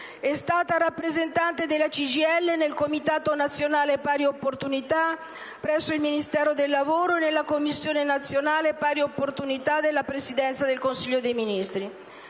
È stata rappresentante della CGIL nel Comitato nazionale pari opportunità presso il Ministero del lavoro e nella Commissione nazionale pari opportunità della Presidenza del Consiglio dei ministri.